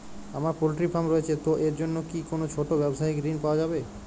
আমার poultry farm রয়েছে তো এর জন্য কি কোনো ছোটো ব্যাবসায়িক ঋণ পাওয়া যাবে?